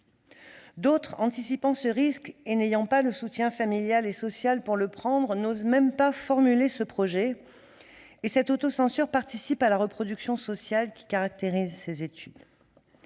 D'autres, anticipant ce risque, et ne disposant pas du soutien familial et social pour le prendre, n'osent même pas formuler ce projet ; cette autocensure participe à la reproduction sociale qui caractérise ces études.